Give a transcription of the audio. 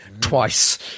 twice